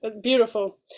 Beautiful